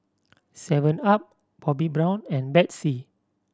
seven up Bobbi Brown and Betsy